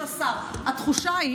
השר אני אומר ככה: התחושה היא